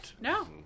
No